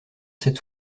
cette